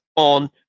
on